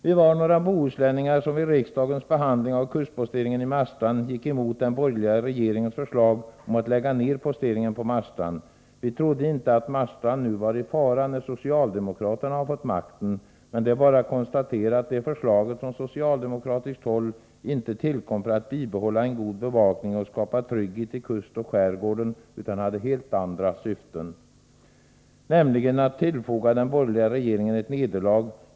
Vi var några bohuslänningar som vid riksdagens behandling av kustposteringen i Marstrand gick emot den borgerliga regeringens förslag om att lägga ner posteringen på Marstrand. Vi trodde inte att Marstrand nu var i fara när socialdemokraterna fått makten. Men det är bara att konstatera att det förslaget från socialdemokratiskt håll inte tillkom för att bibehålla en god bevakning och skapa trygghet vid kust och skärgård utan hade helt andra syften, nämligen att tillfoga den borgerliga regeringen ett nederlag.